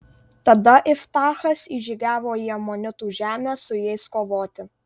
tada iftachas įžygiavo į amonitų žemę su jais kovoti